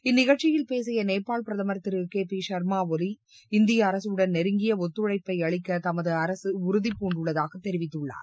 இந்நிகழ்ச்சியில் பேசிய நேபாள் பிரதமர் திரு கே பி சர்மா ஒலி இந்திய அரசுடன் நெருங்கிய ஒத்துழைப்பை அளிக்க தமது அரசு உறுதி பூண்டுள்ளதாக தெரிவித்துள்ளார்